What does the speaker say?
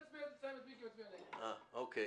אישור הצעת חוק גנים לאומיים,